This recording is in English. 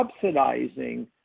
subsidizing